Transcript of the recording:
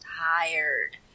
tired